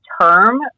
term